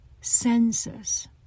senses